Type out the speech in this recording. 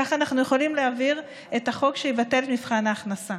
ככה אנחנו יכולים להעביר את החוק שיבטל את מבחן הכנסה.